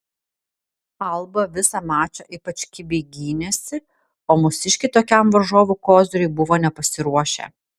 alba visą mačą ypač kibiai gynėsi o mūsiškiai tokiam varžovų koziriui buvo nepasiruošę